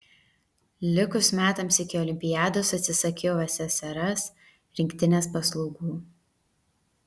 likus metams iki olimpiados atsisakiau ssrs rinktinės paslaugų